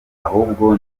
ahubwo